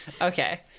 Okay